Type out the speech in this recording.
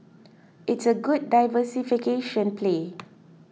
it's a good diversification play